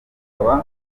tuba